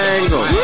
Angle